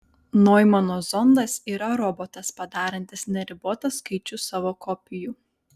noimano zondas yra robotas padarantis neribotą skaičių savo kopijų